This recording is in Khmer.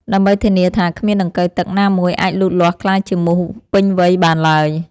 ដើម្បីធានាថាគ្មានដង្កូវទឹកណាមួយអាចលូតលាស់ក្លាយជាមូសពេញវ័យបានឡើយ។